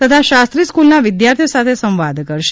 તથા શાસ્ત્રી સ્કુલના વિદ્યાર્થીઓ સાથે સંવાદ કરશે